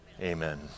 Amen